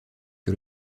que